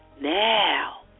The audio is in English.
Now